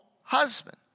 husband